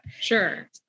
Sure